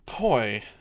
Boy